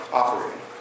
operating